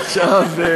עכשיו,